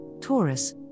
taurus